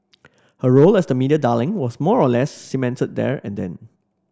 her role as the media darling was more or less cemented there and then